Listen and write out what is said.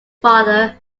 father